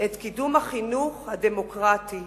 את קידום החינוך הדמוקרטי,